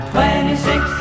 Twenty-six